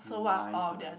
nine students